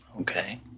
Okay